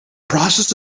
process